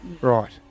Right